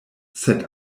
sed